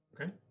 Okay